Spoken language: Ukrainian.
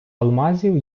алмазів